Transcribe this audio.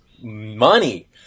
Money